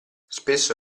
spesso